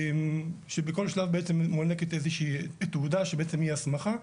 שבכל שלב בעצם מוענקת איזושהי תעודה שבעצם היא הסמכה.